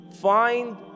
find